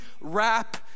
rap